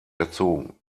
erzogen